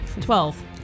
Twelve